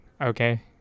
Okay